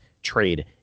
trade